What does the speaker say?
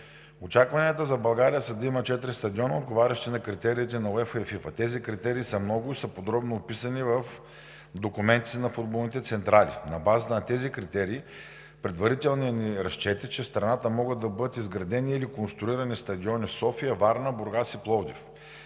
Очакванията за България са да има четири стадиона, отговарящи на критериите на УЕФА и ФИФА. Тези критерии са много и са подробно описани в документите на футболните централи. На базата на тези критерии предварителният ни разчет е, че в страната могат да бъдат изградени или конструирани стадиони в София, Варна, Бургас и Пловдив.